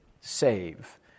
save